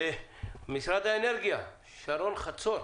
ממשרד האנרגיה, שרון חצור.